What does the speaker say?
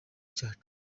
cyacu